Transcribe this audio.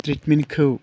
ट्रिटमेन्टखौ